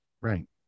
Right